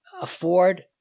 afford